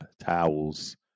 towels